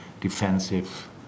defensive